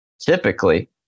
Typically